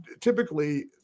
typically